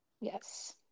Yes